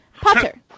Potter